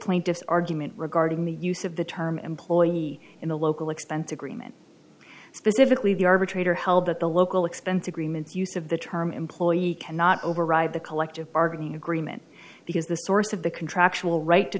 plaintiff's argument regarding the use of the term employee in the local expense agreement specifically the arbitrator held at the local expense agreements use of the term employees cannot override the collective bargaining agreement because the source of the contractual right to